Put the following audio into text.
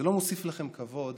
זה לא מוסיף לכם כבוד